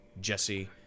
Jesse